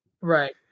Right